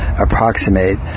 Approximate